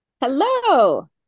Hello